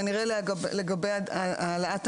זה דורש באמת לחבר בין האיגודים,